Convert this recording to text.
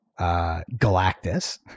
Galactus